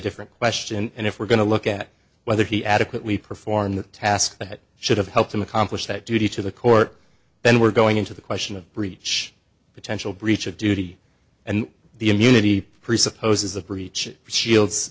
different question and if we're going to look at whether he adequately perform the task that should have helped him accomplish that duty to the court then we're going into the question of breach potential breach of duty and the immunity presupposes a breach shields